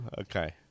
Okay